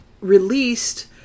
released